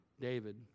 David